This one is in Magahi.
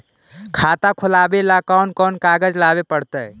खाता खोलाबे ल कोन कोन कागज लाबे पड़तै?